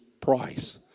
price